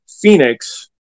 Phoenix